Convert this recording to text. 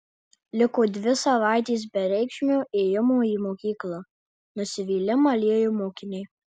liko dvi savaitės bereikšmio ėjimo į mokyklą nusivylimą liejo mokinė